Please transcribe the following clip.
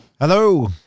Hello